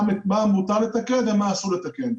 מה מותר לתקן ומה אסור לתקן.